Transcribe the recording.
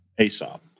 ASOP